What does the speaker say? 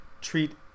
treat